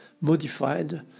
modified